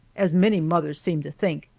as many mothers seem to think.